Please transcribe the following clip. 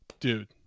Dude